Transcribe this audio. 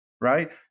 right